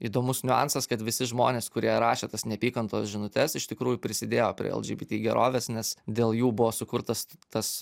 įdomus niuansas kad visi žmonės kurie rašė tas neapykantos žinutes iš tikrųjų prisidėjo prie lgbt gerovės nes dėl jų buvo sukurtas tas